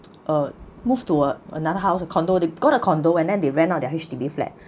a move toward another house a condo they've got a condo and then they rent out their H_D_B flat